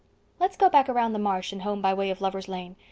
let's go back around the marsh and home by way of lover's lane.